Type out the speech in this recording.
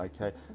okay